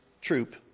troop